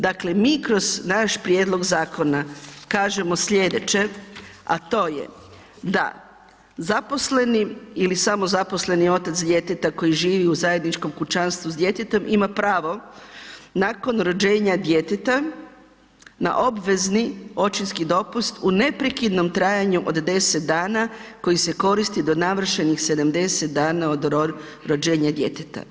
Dakle, mi kroz naš prijedlog zakona kažemo slijedeće, a to je da zaposleni ili samozaposleni otac djeteta koji živi u zajedničkom kućanstvu s djetetom ima pravo nakon rođenja djeteta na obvezni očinski dopust u neprekidnom trajanju od 10 dana koji se koristi do navršenih 70 dana od rođenja djeteta.